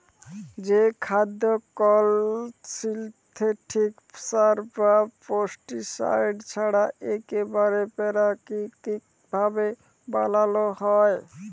যে খাদ্য কল সিলথেটিক সার বা পেস্টিসাইড ছাড়া ইকবারে পেরাকিতিক ভাবে বানালো হয়